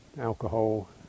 alcohol